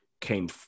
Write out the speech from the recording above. came